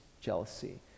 jealousy